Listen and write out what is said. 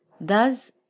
Thus